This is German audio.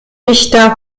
dichter